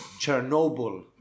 Chernobyl